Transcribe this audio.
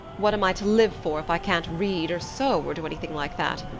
what am i to live for if i can't read or sew or do anything like that?